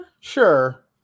sure